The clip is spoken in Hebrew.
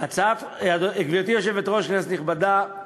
גברתי היושבת-ראש, כנסת נכבדה,